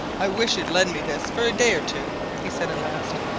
i wish you'd lend me this for a day or two, he said at last.